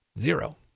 Zero